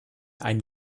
ein